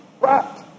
Right